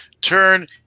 turn